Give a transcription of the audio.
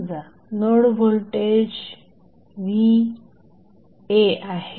समजा node voltage vaआहे